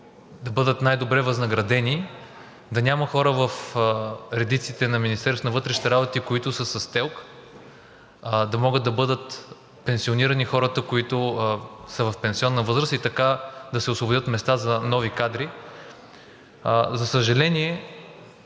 да бъдат най-добре възнаградени, да няма хора в редиците на Министерството на вътрешните работи, които са с ТЕЛК, да могат да бъдат пенсионирани хората, които са в пенсионна възраст и така да се освободят места за нови кадри. За съжаление,